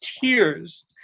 tears